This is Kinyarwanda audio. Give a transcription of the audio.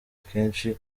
akenshi